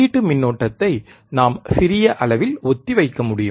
உள்ளீட்டு மின்னோட்டத்தை நாம் சிறிய அளவில் ஒத்திவைக்க முடியும்